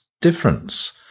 difference